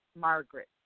Margaret